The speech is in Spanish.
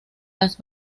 las